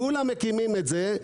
כולם מקימים את זה,